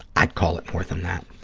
i'd call it more than that.